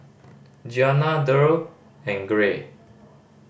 Gianna Derl and Gray